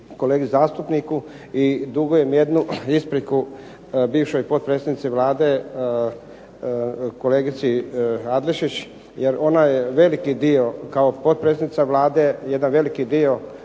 kolegi zastupniku i dugujem jednu ispriku bivšoj potpredsjednici Vlade, kolegici Adlešić jer ona je veliki dio kao potpredsjednica Vlade, jedan veliki dio